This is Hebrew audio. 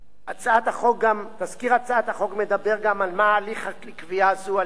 תזכיר הצעת החוק מדבר גם מה הליך הקביעה הזו על בית-המשפט העליון,